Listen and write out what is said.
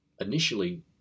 Initially